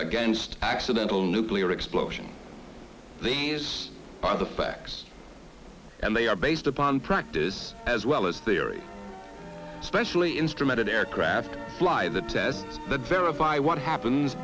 against accidental nuclear explosions these are the facts and they are based upon practice as well as theory specially instrumented aircraft fly the tests that verify what happens